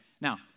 Now